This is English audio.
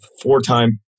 four-time